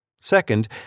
Second